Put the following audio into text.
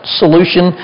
solution